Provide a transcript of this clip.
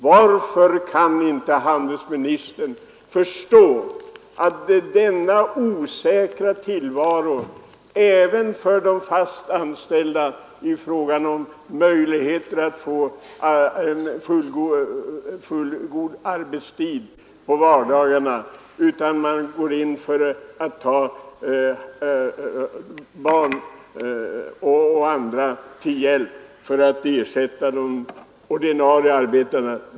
Varför kan inte handelsministern förstå denna osäkra tillvaro även för de fast anställda när det gäller att få fullgod arbetstid på vardagarna? Man går in för att ta barn och andra till hjälp för att ersätta de ordinarie arbetarna.